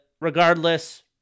regardless